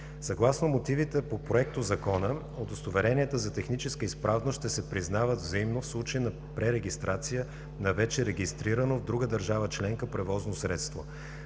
Съгласно мотивите по Законопроекта, удостоверенията за техническа изправност ще се признават взаимно в случай на пререгистрация на вече регистрирано в друга държава членка превозно средство.